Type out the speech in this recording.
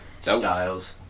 styles